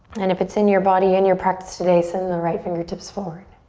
and if it's in your body, and your practice today, send the right fingertips forward.